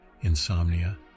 insomnia